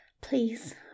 Please